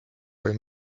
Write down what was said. kui